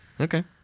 Okay